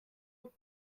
und